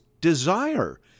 desire